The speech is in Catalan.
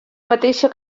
mateixa